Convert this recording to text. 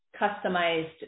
customized